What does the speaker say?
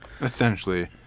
Essentially